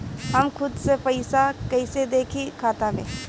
हम खुद से पइसा कईसे देखी खाता में?